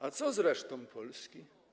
A co z resztą Polski?